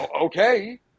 okay